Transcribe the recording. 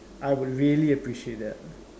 I would really appreciate that